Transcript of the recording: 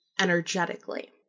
energetically